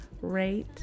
rate